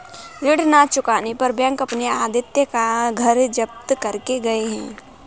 ऋण ना चुकाने पर बैंक वाले आदित्य का घर जब्त करके गए हैं